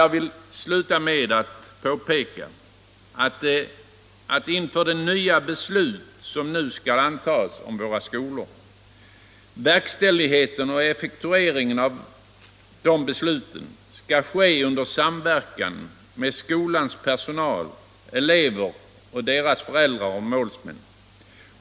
Jag vill sluta med att påpeka — inför de nya beslut som nu skall fattas om våra skolor — att verkställigheten och effektueringen av de besluten måste ske under samverkan med skolans personal, elever och deras föräldrar och målsmän.